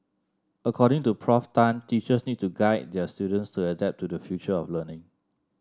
according to Prof Tan teachers need to guide their students to adapt to the future of learning